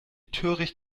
töricht